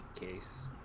case